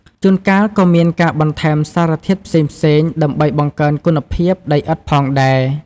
ជួនកាលក៏មានការបន្ថែមសារធាតុផ្សេងៗដើម្បីបង្កើនគុណភាពដីឥដ្ឋផងដែរ។